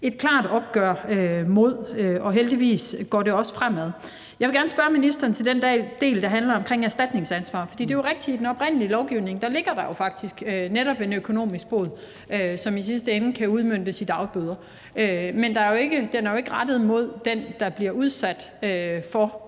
klart op med, og heldigvis går det også fremad. Jeg vil gerne spørge ministeren til den del, der handler om erstatningsansvar. For det er rigtigt, at i den oprindelige lovgivning ligger der faktisk en økonomisk bod, som i sidste ende kan udmøntes i dagbøder, men den er jo ikke rettet mod den, der bliver udsat for overgrebet.